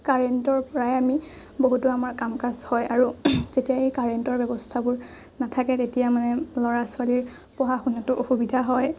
কাৰেণ্টৰ পৰাই আমি বহুতো আমাৰ কাম কাজ হয় আৰু যেতিয়া এই কাৰেণ্টৰ ব্যৱস্থাবোৰ নাথাকে তেতিয়া মানে ল'ৰা ছোৱালীৰ পঢ়া শুনাতো অসুবিধা হয়